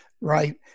Right